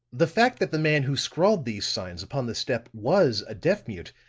the fact that the man who scrawled these signs upon the step was a deaf-mute,